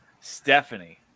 Stephanie